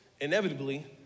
inevitably